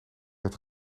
het